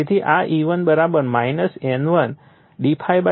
તેથી આ E1 N1 d ∅ dt છે